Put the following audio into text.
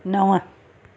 नव